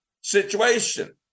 situation